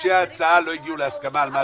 מכיוון שמגישי ההצעה לא הגיעו להסכמה על מה הדיון.